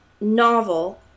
novel